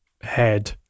head